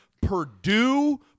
Purdue